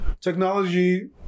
technology